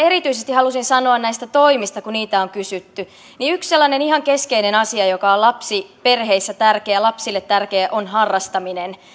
erityisesti halusin sanoa näistä toimista kun niitä on kysytty että yksi sellainen ihan keskeinen asia joka on lapsiperheissä tärkeä lapsille tärkeä on harrastaminen